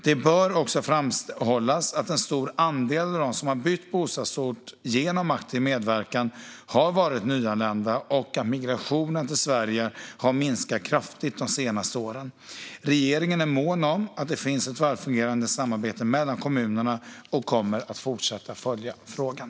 Det bör också framhållas att en stor andel av dem som bytt bostadsort genom aktiv medverkan har varit nyanlända och att migrationen till Sverige har minskat kraftigt de senaste åren. Regeringen är mån om att det finns ett välfungerande samarbete mellan kommunerna och kommer att fortsätta följa frågan.